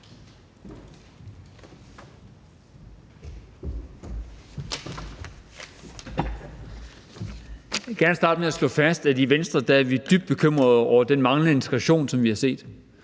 Jeg vil gerne starte med at slå fast, at vi i Venstre er dybt bekymrede over den manglende integration, som vi har set,